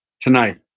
tonight